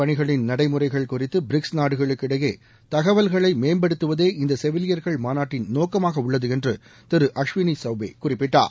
பணிகளின் நடைமுறைகள் குறித்து பிரிக்ஸ் நாடுகளுக்கிடையே தகவல்களை செவிலி மேம்படுத்துவதே இந்த செவிலியர்கள் மாநாட்டின் நோக்கமாக உள்ளது என்று திரு அஸ்வினி சௌபே குறிப்பிட்டார்